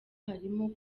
harimo